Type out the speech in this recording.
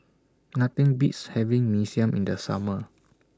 Nothing Beats having Mee Siam in The Summer